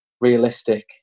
realistic